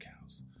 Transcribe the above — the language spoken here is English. cows